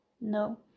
no